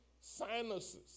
sinuses